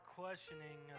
questioning